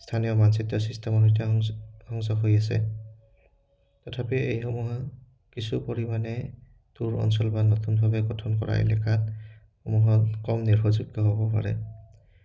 স্থানীয় মানচিত্ৰৰ চিষ্টেমৰ সৈতে সংযোগ হৈ আছে তথাপি এইসমূহে কিছু পৰিমাণে দূৰ অঞ্চল বা নতুনভাৱে গঠন কৰা এলেকাসমূহত কম নিৰ্ভৰযোগ্য হ'ব পাৰে